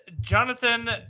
Jonathan